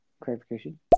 Clarification